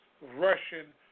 Russian